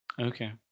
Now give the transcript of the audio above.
Okay